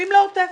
משאבים לעוטף